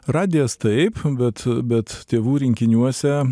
radijas taip bet bet tėvų rinkiniuose